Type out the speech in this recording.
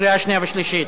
קריאה שנייה ושלישית.